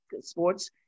sports